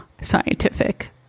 scientific